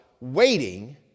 waiting